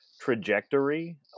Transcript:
trajectory